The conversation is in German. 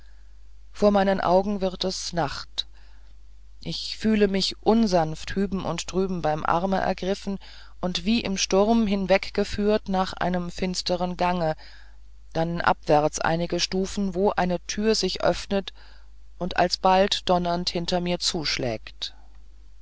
vor meinen augen wird es nacht ich fühle mich unsanft hüben und drüben beim arme ergriffen und wie im sturm hinweggeführt nach einem finstern gange dann abwärts einige stufen wo eine tür sich öffnet und alsbald donnernd hinter mir zuschlägt